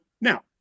now